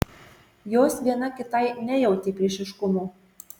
jos viena kitai nejautė priešiškumo